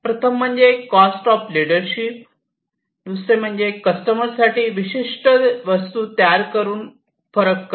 प्रथम म्हणजे cost of leadership दुसरे म्हणजे कस्टमर साठी विशिष्ट वस्तू आणून फरक करणे